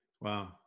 wow